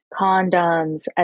condoms